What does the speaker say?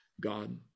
God